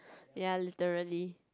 ya literally